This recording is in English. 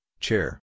Chair